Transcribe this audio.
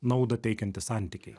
naudą teikiantys santykiai